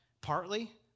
partly